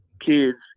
kids